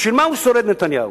בשביל מה הוא שורד, נתניהו?